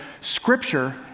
Scripture